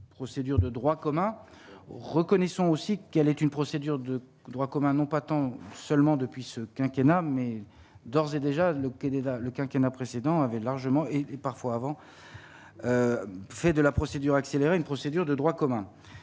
procédure de droit commun, reconnaissons aussi qu'elle est une procédure de droit commun, non pas tant seulement depuis ce quinquennat mais d'ores et déjà, le Quai d'État le quinquennat précédent avait largement et parfois avant, fait de la procédure accélérée, une procédure de droit commun